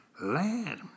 land